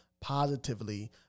positively